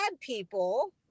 people